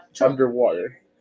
underwater